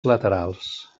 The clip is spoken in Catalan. laterals